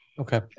Okay